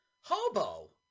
hobo